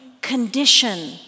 condition